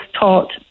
taught